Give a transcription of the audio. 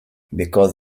because